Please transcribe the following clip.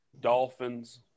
Dolphins